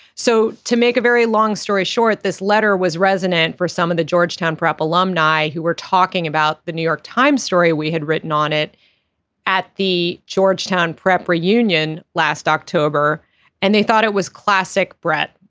so to make a very long story short this letter was resonant for some of the georgetown prep alumni who were talking about the new york times story we had written on it at the georgetown prep reunion last october and they thought it was classic bret.